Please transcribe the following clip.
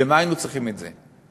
למה היינו צריכים את זה?